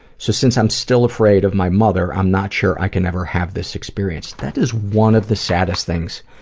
so since i'm still afraid of my mother i'm not sure i can ever have this experience. that is one of the saddest things